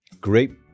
great